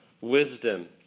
wisdom